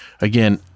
Again